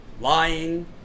lying